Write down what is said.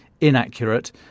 inaccurate